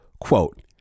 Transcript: Quote